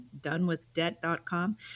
Donewithdebt.com